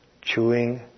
chewing